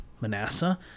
Manasseh